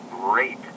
great